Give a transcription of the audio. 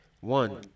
One